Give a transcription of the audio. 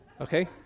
okay